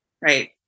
right